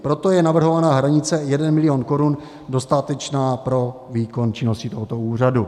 Proto je navrhovaná hranice 1 milion korun dostatečná pro výkon činnosti tohoto úřadu.